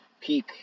peak